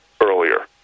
earlier